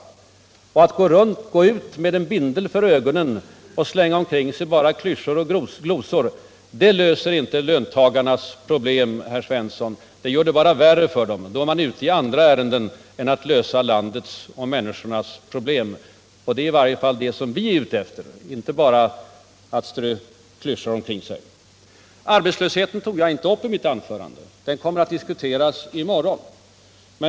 Att gå ut med en bindel för ögonen och bara slänga klyschor och glosor omkring sig löser inte löntagarnas problem, Jörn Svensson! Det gör det bara värre för dem. Då är man ute i andra ärenden än att lösa landets och människornas problem. Och att göra det är i varje fall vad vi är ute efter. Arbetslösheten tog jag inte upp i mitt anförande. Den frågan kommer att diskuteras i morgon.